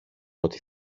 ότι